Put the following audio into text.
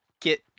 get